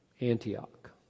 Antioch